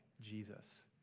Jesus